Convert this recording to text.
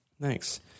Thanks